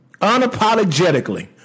unapologetically